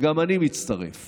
אני מצטרף